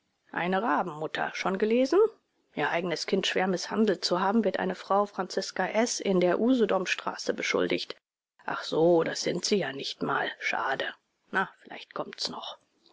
eine rabenmutter schon gelesen ihr eigenes kind schwer mißhandelt zu haben wird eine frau franziska s in der usedomstraße beschuldigt ach so das sind sie ja nicht mal schade na vielleicht kommt's noch